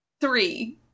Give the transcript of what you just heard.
three